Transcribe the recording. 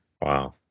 Wow